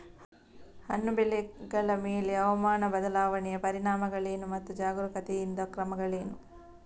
ಹಣ್ಣು ಬೆಳೆಗಳ ಮೇಲೆ ಹವಾಮಾನ ಬದಲಾವಣೆಯ ಪರಿಣಾಮಗಳೇನು ಮತ್ತು ಜಾಗರೂಕತೆಯಿಂದ ಕ್ರಮಗಳೇನು?